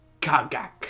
kagak